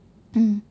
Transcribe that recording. mm